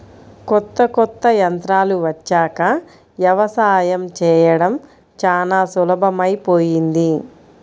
కొత్త కొత్త యంత్రాలు వచ్చాక యవసాయం చేయడం చానా సులభమైపొయ్యింది